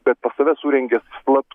bet pas save surengė vat